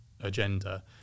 agenda